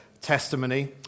testimony